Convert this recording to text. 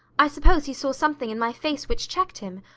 i suppose he saw something in my face which checked him,